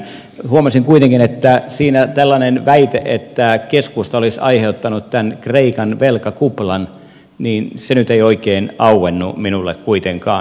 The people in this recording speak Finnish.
huomasin kuitenkin että siinä tällainen väite että keskusta olisi aiheuttanut tämän kreikan velkakuplan nyt ei oikein auennut minulle kuitenkaan